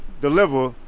deliver